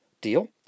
deal